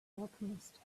alchemist